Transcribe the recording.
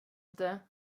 inte